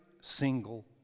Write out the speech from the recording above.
single